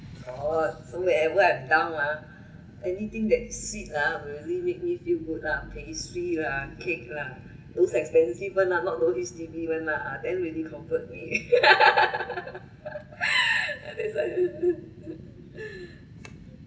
oh so whenever I'm down ah anything that sweet ah will really make me feel good lah candy sweet lah cake lah those expensive [one] lah not those H_D_B [one] lah then really comfort me that's why